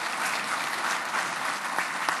(מחיאות כפיים)